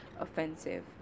offensive